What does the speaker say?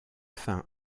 fin